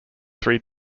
three